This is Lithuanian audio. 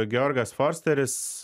georgas forsteris